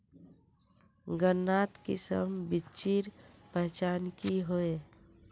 गन्नात किसम बिच्चिर पहचान की होय?